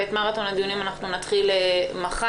ואת מרתון הדיונים נתחיל מחר.